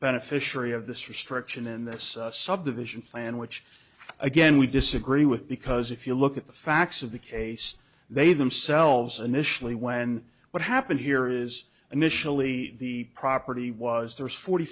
beneficiary of this restriction in this subdivision plan which again we disagree with because if you look at the facts of the case they themselves initially when what happened here is initially the property was theirs forty